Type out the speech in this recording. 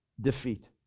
defeat